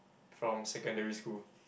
from secondary school